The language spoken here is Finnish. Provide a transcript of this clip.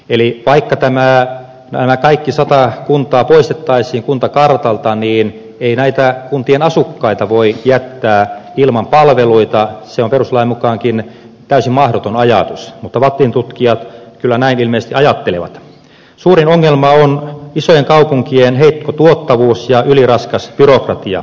eli vaikka tänään nämä kaikki sata kuntaa perustettaisiin kuntakartaltaan niin ei näytä kuntien asukkaita voi jättää ilman palveluita se peruslain mukaankin täysin mahdoton ajatus mutta lapin tutkijat kyllä näin ihmiset ajattelevat ja suurin ongelma on isojen kaupunkien heikko tuottavuus ja yliraskas byrokratia